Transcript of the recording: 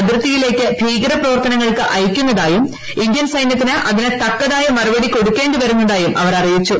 അതിർത്തിയിലേക്ക് ഭീകര പ്രവർത്തനങ്ങൾക്ക് അയക്കുന്നതായും ഇന്ത്യൻ സൈനൃത്തിന് അതിന് തക്കതായ മറുപടി കൊടുക്കേ ി വരുന്നതായും അവർ അറിയിച്ചു